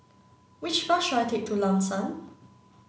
which bus should I take to Lam San